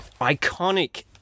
iconic